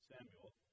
Samuel